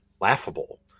laughable